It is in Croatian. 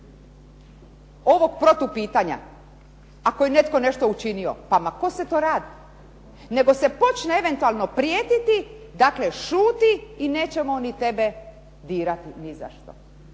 ovog protupitanja ako je netko nešto učinio pa o kome se tu radi. Nego se počne eventualno prijetiti, dakle šuti i nećemo mi tebe dirati ni za što.